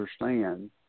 understand